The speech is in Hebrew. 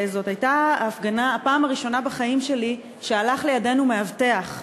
וזאת הייתה הפעם הראשונה בחיים שלי שהלך לידנו מאבטח,